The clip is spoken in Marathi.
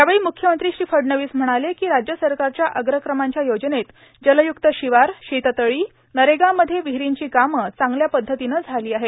यावेळी म्रुख्यमंत्री श्री फडणवीस म्हणाले की राज्य सरकारच्या अग्रक्रमांच्या योजनेत जलयुक्त शिवार शेततळं नरेगामध्ये विहिरींची कामं चांगल्या पद्धतीनं झाली आहेत